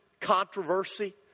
controversy